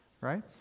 right